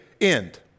end